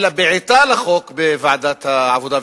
אלא בעיטה לחוק בוועדת העבודה,